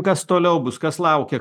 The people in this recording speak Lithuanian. kas toliau bus kas laukia